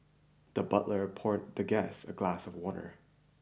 the butler poured the guest a glass of water